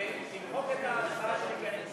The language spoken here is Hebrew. תמחק את ההצבעה שלי, כי אני,